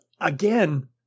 again